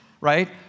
right